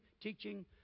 teaching